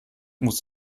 muss